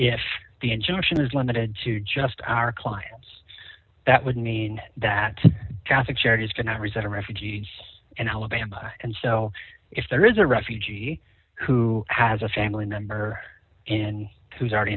if the injunction is limited to just our clients that would mean that catholic charities cannot reach that are refugees and alabama and so if there is a refugee who has a family member and who's already